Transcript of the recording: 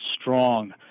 strong